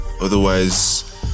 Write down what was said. Otherwise